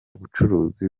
bucuruzi